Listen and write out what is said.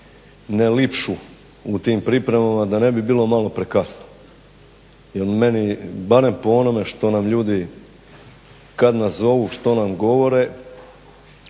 ne liču u tim pripremama da ne bi bilo malo prekasno, jer meni barem po onome što nam ljudi kad nas zovu, što nam govore.